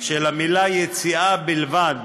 של המילה "יציאה" בלבד